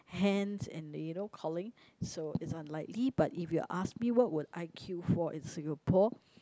hands and the you know calling so it's unlikely but if you ask me what would I queue for in Singapore